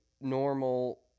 normal